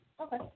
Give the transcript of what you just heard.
Okay